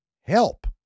help